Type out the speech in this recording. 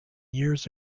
years